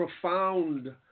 profound